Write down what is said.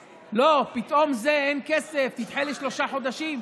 לא, פתאום אין כסף, תדחה בשלושה חודשים.